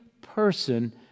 person